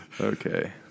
Okay